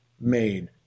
made